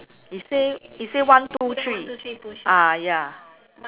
it say it say one two three ah ya